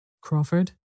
Crawford